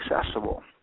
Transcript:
accessible